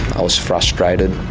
i was frustrated.